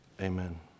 Amen